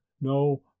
no